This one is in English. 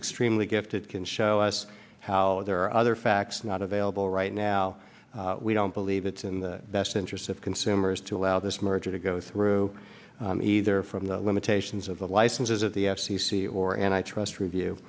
extremely gifted can show us how there are other facts not available right now we don't believe it's in the best interests of consumers to allow this merger to go through either from the limitations of the licenses of the f c c or and i trust review